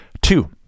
Two